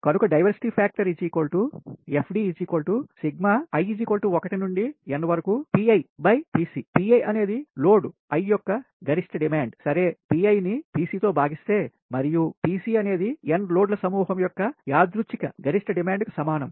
కనుక diversity factor FD Pi "అనేది load I యొక్క గరిష్ట డిమాండ్ సరే Pi ని Pc తో భాగిస్తే మరియు P c అనేది n లోడ్ల సమూహం యొక్క యాదృచ్ఛిక గరిష్ట డిమాండ్కు సమానం